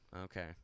Okay